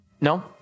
No